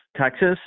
Texas